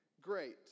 great